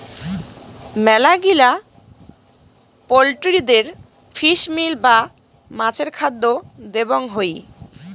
মেলাগিলা পোল্ট্রিদের fish meal বা মাছের খাদ্য দিবং হই